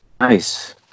Nice